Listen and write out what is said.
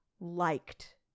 liked